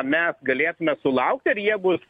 mes galėtume sulaukti ar jie bus